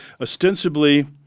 ostensibly